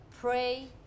pray